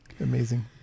Amazing